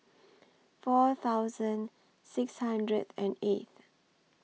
four thousand six hundred and eighth